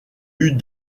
eut